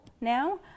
now